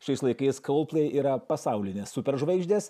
šiais laikais coldplay yra pasaulinės superžvaigždės